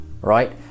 right